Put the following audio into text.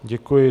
Děkuji.